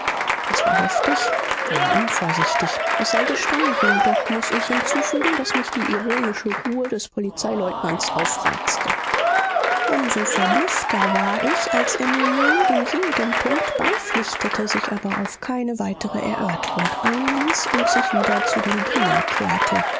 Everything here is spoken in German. das war heftig war unvorsichtig es sei gestanden doch muß ich hinzufügen daß mich die ironische ruhe des polizeileutnants aufreizte um so verblüffter war ich als er mir nun in jedem punkt beipflichtete sich aber auf keine weitere erörterung einließ und sich wieder zu dem diener kehrte